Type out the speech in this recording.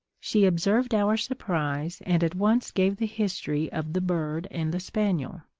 she observed our surprise, and at once gave the history of the bird and the spaniel.